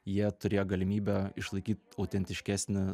jie turėjo galimybę išlaikyt autentiškesnį